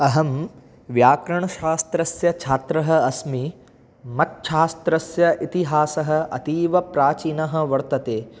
अहं व्याकरणशास्त्रस्य छात्रः अस्मि मच्छात्रस्य इतिहासः अतीवप्राचीनः वर्तते